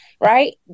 right